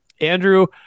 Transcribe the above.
Andrew